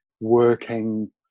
working